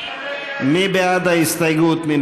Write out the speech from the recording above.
מי בעד ההסתייגות?